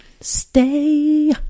Stay